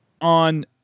on